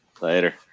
Later